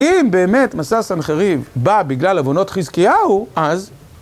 אם באמת מסע סנחריב בא בגלל עוונות חזקיהו, אז...